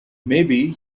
maybe